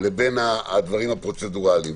לבין הדברים הפרוצדורליים.